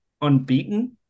unbeaten